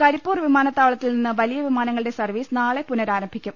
കരിപ്പൂർ വിമാനത്താവളത്തിൽനിന്ന് വലിയ വിമാനങ്ങളൂടെ സർവീസ് നാളെ പുനരാരംഭിക്കും